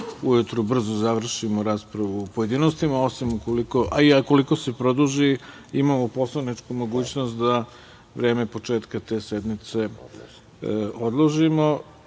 ujutru brzo završimo raspravu u pojedinostima, a i ukoliko se produži imamo poslovničku mogućnost da vreme početka te sednice odložimo,